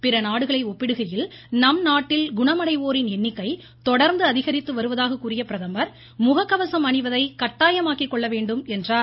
பிற நாடுகளை ஒப்பிடுகையில் நம்நாட்டில் குணமடைவோரின் எண்ணிக்கை தொடா்ந்து அதிகரித்து வருவதாக கூறிய பிரதமா் முக கவசம் அணிவதை கட்டாயமாக்கி கொள்ள வேண்டுமென்றார்